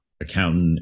accountant